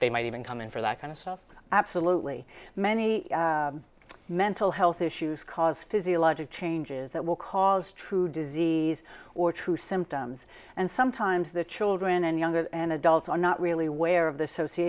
they might even come in for that kind of stuff absolutely many mental health issues cause physiological changes that will cause true disease or true symptoms and sometimes the children and younger and adults are not really where of th